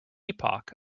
epoch